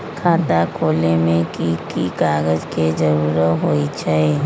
खाता खोले में कि की कागज के जरूरी होई छइ?